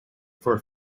for